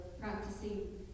practicing